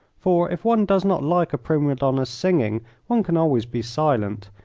for if one does not like a prima donna's singing one can always be silent,